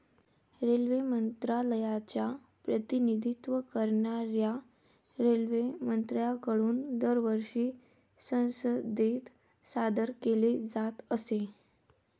railway मंत्रालयाचे प्रतिनिधित्व करणाऱ्या रेल्वेमंत्र्यांकडून दरवर्षी संसदेत सादर केले जात असे